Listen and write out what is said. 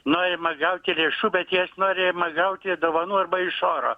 norima gauti lėšų bet jas norima gauti dovanų arba iš oro